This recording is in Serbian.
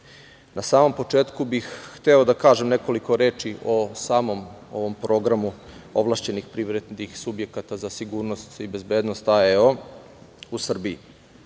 samom početku bih hteo da kažem nekoliko reči o samom ovom programu ovlašćenih privrednih subjekata za sigurnost i bezbednost AEO u Srbiji.